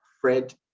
Fred